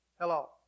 Hello